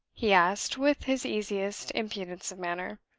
he asked, with his easiest impudence of manner.